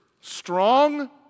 strong